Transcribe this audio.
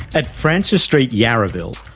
at francis st, yarraville,